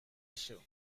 issue